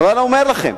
אבל אני אומר לכם